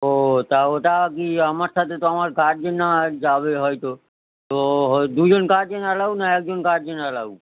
ও তা ওটা কি আমার সাথে তো আমার গার্জেন না হয় যাবে হয়তো তো হয় দুজন গার্জেন অ্যালাউ না একজন গার্জেন অ্যালাউ